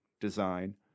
design